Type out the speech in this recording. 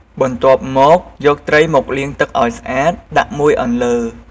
បន្ទាប់មក យកត្រីមកលាងទឹកឲ្យស្អាតដាក់មួយអន្លើ។